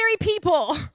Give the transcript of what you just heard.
people